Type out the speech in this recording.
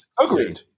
Agreed